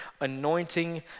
anointing